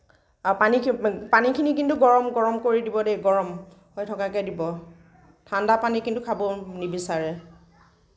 পানী পানীখিনি কিন্তু গৰম গৰম কৰি দিব দেই গৰম হৈ থকাকে দিব ঠাণ্ডা পানী কিন্তু খাব নিবিচাৰে